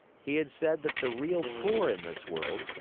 he had said that the real poor in this world,